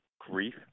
grief